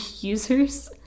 users